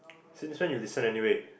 since when you listened anyway